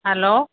hello